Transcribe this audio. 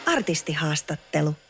Artistihaastattelu